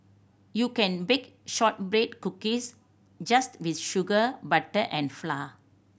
you can bake shortbread cookies just with sugar butter and flour